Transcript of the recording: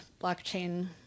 blockchain